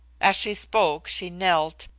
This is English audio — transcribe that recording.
as she spoke, she knelt,